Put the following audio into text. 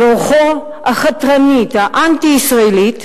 אבל רוחו החתרנית, האנטי-ישראלית,